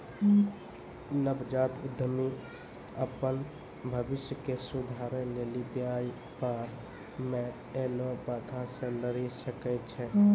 नवजात उद्यमि अपन भविष्य के सुधारै लेली व्यापार मे ऐलो बाधा से लरी सकै छै